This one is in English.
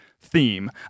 theme